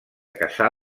cassà